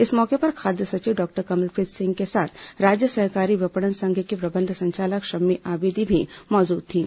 इस मौके पर खाद्य सचिव डॉक्टर कमलप्रीत सिंह के साथ राज्य सहकारी विपणन संघ की प्रबंध संचालक शम्मी आबिदी भी मौजूद थीं